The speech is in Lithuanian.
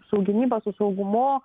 su gynyba su saugumu